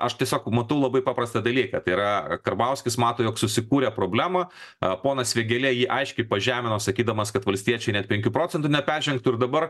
aš tiesiog matau labai paprastą dalyką tai yra karbauskis mato jog susikūrė problemą ponas vėgėlė jį aiškiai pažemino sakydamas kad valstiečiai net penkių procentų neperžengtų ir dabar